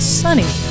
sunny